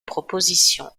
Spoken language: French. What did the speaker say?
proposition